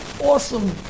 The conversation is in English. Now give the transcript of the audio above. Awesome